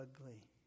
ugly